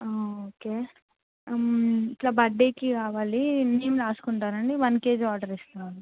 okay ఇట్లా బర్త్డేకి కావాలి నేమ్ రాసుకుంటారండి వన్ కేజీ ఆర్డర్ ఇస్తాను